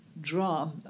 draw